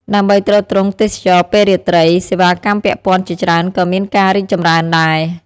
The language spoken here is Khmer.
ដើម្បីទ្រទ្រង់ទេសចរណ៍ពេលរាត្រី សេវាកម្មពាក់ព័ន្ធជាច្រើនក៏មានការរីកចម្រើនដែរ។